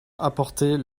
apporter